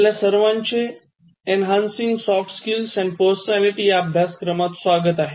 आपल्या सर्वांच्या "enhancing soft skills and personality" अभ्यासक्रमात स्वागत आहे